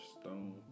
stone